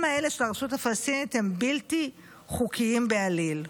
האלה של הרשות הפלסטינית הם בלתי חוקיים בעליל.